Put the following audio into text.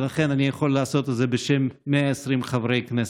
ולכן אני יכול לעשות את זה בשם 120 חברי הכנסת.